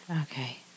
Okay